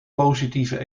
positieve